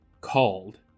called